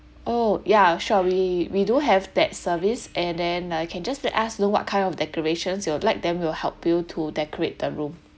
oh ya sure we we do have that service and then uh you can just let us know what kind of decorations you would like them to help you to decorate the room